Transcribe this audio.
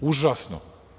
Užasno.